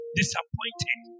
disappointed